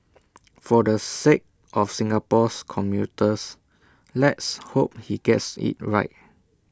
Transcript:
for the sake of Singapore's commuters let's hope he gets IT right